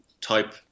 type